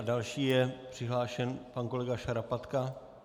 Další je přihlášen pan kolega Šarapatka.